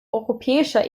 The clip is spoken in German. europäischer